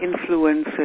influences